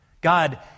God